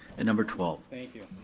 and number twelve. thank you.